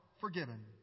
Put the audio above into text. forgiven